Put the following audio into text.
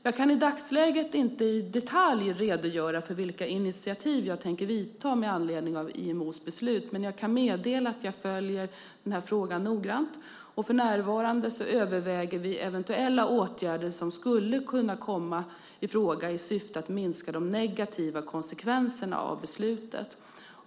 Jag kan i dagsläget inte i detalj redogöra för vilka initiativ jag tänker ta med anledning av IMO:s beslut, men jag kan meddela att jag följer denna fråga noggrant. För närvarande överväger vi eventuella åtgärder som skulle kunna komma i fråga i syfte att minska de negativa konsekvenserna av beslutet.